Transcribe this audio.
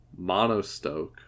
Monostoke